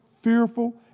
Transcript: fearful